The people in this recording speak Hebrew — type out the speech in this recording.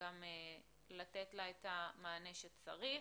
גם לתת לה את המענה שצריך.